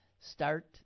start